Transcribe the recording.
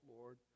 Lord